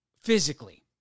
physically